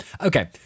Okay